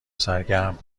سرگرم